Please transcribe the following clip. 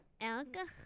Alcohol